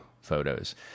photos